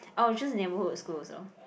I'll choose neighbourhood school also